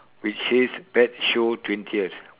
which says bat show twentieth